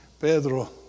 Pedro